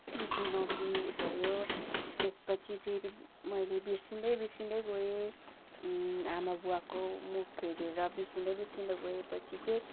चुनैती भयो त्यस पछि फेरि मैले बिर्सिदै बिर्सिदै गएँ आमाबुवाको मुख हेरेर बिर्सिँदै गए पछि चाहिँ